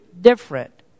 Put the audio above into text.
different